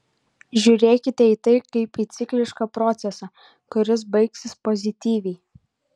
žiūrėkite į tai kaip į ciklišką procesą kuris baigsis pozityviai